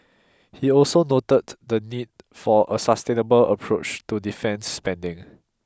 he also noted the need for a sustainable approach to defence spending